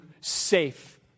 safe